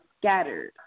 scattered